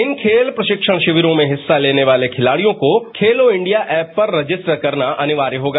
इन खेल प्रशिक्षण शिविरों में हिस्सा लेने वाले खिलाड़ियों को खेलो इंडिया ऐप पर रजिस्टर करना अनिवार्य होगा